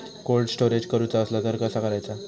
Cold storage करूचा असला तर कसा करायचा?